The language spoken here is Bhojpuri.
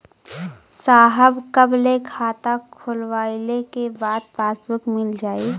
साहब कब ले खाता खोलवाइले के बाद पासबुक मिल जाई?